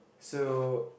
so